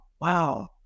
wow